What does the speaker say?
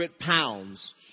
pounds